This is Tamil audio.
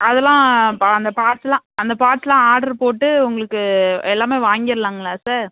அதெலாம் பா அந்த பார்ட்ஸ்லாம் அந்த பார்ட்ஸ்லாம் ஆடர் போட்டு உங்களுக்கு எல்லாமே வாங்கிடலாங்களா சார்